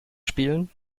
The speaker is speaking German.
spielen